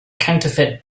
counterfeit